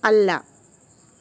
അല്ല